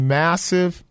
massive